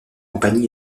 compagnie